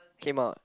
came out